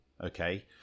okay